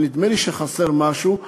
אבל נדמה לי שחסר משהו,